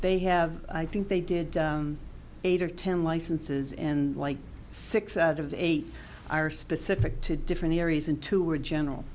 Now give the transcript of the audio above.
they have i think they did eight or ten licenses and like six out of eight are specific to different areas into or general